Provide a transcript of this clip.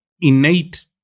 innate